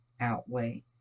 outweigh